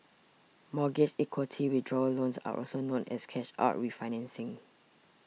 mortgage equity withdrawal loans are also known as cash out refinancing